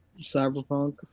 Cyberpunk